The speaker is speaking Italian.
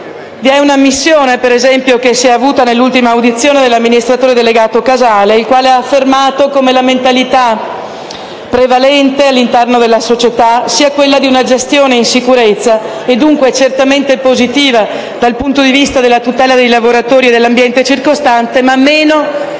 Vi è un'ammissione, che si è avuta nell'ultima audizione dell'amministratore delegato Casale, il quale ha affermato come la mentalità prevalente all'interno della società sia quella di una gestione in sicurezza e dunque certamente positiva dal punto di vista della tutela dei lavoratori e dell'ambiente circostante, ma meno capace, meno propensa